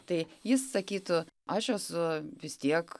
tai jis sakytų aš esu vis tiek